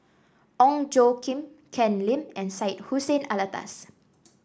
Ong Tjoe Kim Ken Lim and Syed Hussein Alatas